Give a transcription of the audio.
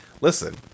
Listen